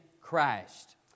Christ